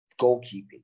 goalkeeping